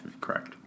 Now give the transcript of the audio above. Correct